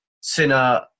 Sinner